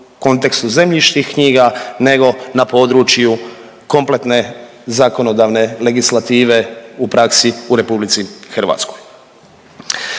kontekstu zemljišnih knjiga nego na području kompletne zakonodavne legislative u praksi u RH. Ono što